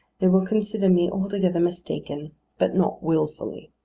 they will consider me altogether mistaken but not wilfully.